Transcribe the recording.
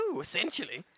essentially